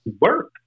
work